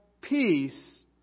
peace